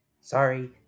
sorry